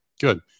Good